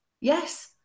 Yes